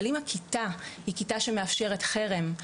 אבל אם הכיתה היא כיתה שמאפשרת חרם,